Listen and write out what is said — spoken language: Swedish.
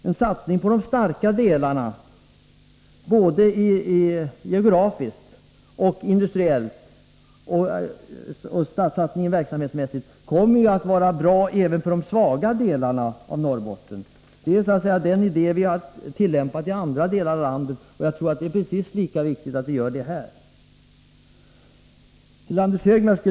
En satsning på de starka delarna, både geografiskt och vad det gäller verksamhet, kommer att vara bra även för de svaga delarna av Norrbotten. Det är den idén vi har tillämpat i andra delar av landet, och jag tror att det är precis lika viktigt att göra det i Norrbotten.